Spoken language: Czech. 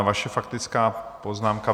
Vaše faktická poznámka...